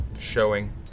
showing